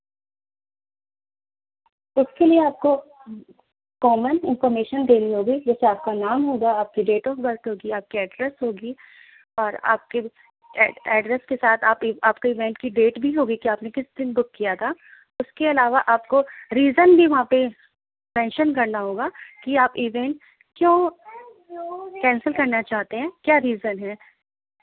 اس کے لیے آپ کو کامن انفارمیشن دینی ہوگی جیسے آپ کا نام ہوگا آپ کی ڈیٹ آف برتھ ہوگی آپ کی ایڈریس ہوگی اور آپ کے ایڈریس کے ساتھ آپ آپ کے ایونٹ کی ڈیٹ بھی ہوگی کہ آپ نے کس دن بک کیا تھا اس کے علاوہ آپ کو ریزن بھی وہاں پہ مینشن کرنا ہوگا کہ آپ ایونٹ کیوں کینسل کرنا چاہتے ہیں کیا ریزن ہے